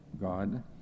God